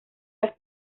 las